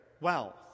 wealth